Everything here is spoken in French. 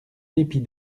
dépit